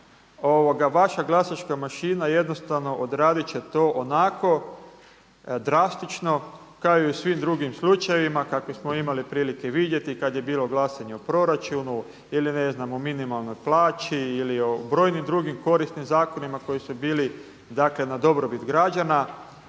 vaša glasačka mašina jednostavno odradit će to onako drastično kao i u svim drugim slučajevima kakve smo imali prilike vidjeti, kada je bilo glasanje o proračunu ili ne znam o minimalnoj plaći i o brojnim drugim korisnim zakonima koji su bili na dobrobit građana,